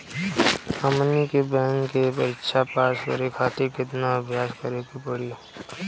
हमनी के बैंक के परीक्षा पास करे खातिर केतना अभ्यास करे के पड़ी?